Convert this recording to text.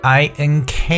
ink